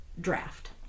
draft